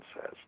says